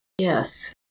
Yes